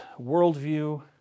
worldview